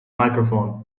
microphone